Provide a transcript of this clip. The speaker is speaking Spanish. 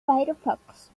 firefox